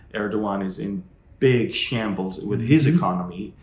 erdogan is in big shambles with his economy.